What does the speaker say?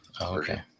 Okay